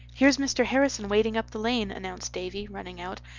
here's mr. harrison wading up the lane, announced davy, running out.